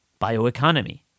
bioeconomy